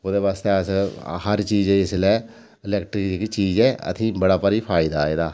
ओह्दे आस्तै अस हर चीज इसलै इलैक्ट्रिक जेह्की चीज ऐ असें ई बड़ा भारी फायदा ऐ एह्दा